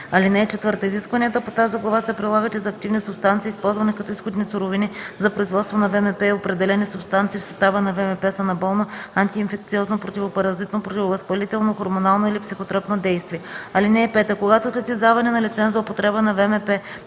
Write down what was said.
глава. (4) Изискванията по тази глава се прилагат и за активни субстанции, използвани като изходни суровини за производство на ВМП и определяне субстанция в състава на ВМП с анаболно, антиинфекциозно, противопаразитно, противовъзпалително, хормонално или психотропно действие. (5) Когато след издаване на лиценз за употреба на ВМП